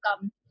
come